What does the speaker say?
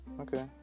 okay